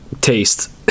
Taste